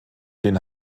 den